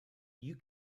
you